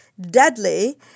deadly